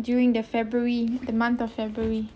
during the february the month of february